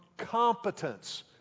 competence